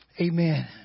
Amen